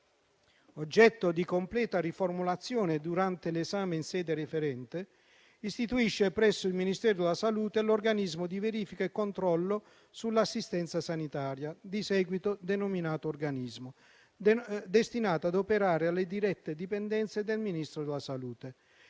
oggetto di completa riformulazione durante l'esame in sede referente, istituisce presso il Ministero della salute l'Organismo di verifica e controllo sull'assistenza sanitaria (di seguito denominato Organismo), destinato ad operare alle dirette dipendenze del Ministro della salute.